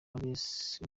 andreas